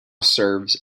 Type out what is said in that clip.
serves